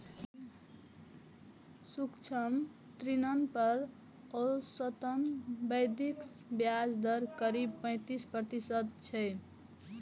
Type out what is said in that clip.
सूक्ष्म ऋण पर औसतन वैश्विक ब्याज दर करीब पैंतीस प्रतिशत छै